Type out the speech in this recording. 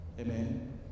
Amen